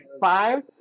five